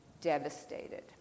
devastated